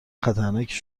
خطرناکی